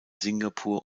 singapur